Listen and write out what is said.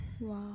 Wow